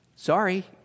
Sorry